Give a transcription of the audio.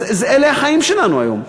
אלה החיים שלנו היום.